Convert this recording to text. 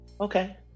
Okay